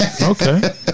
Okay